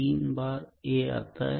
तीन बार a आता है